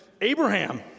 Abraham